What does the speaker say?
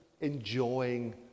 enjoying